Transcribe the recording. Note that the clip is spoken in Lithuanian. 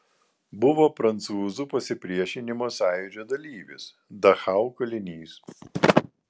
buvo prancūzų pasipriešinimo sąjūdžio dalyvis dachau kalinys